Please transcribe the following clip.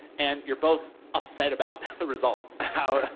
and you're both upset about ah results.